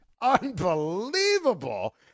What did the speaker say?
unbelievable